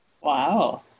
Wow